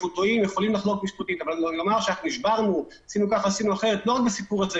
אבל לומר שנשברנו זה לא בסדר.